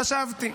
חשבתי.